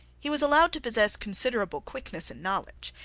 he was allowed to possess considerable quickness and knowledge.